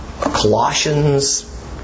Colossians